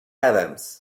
adams